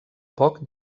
poc